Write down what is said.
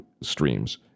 streams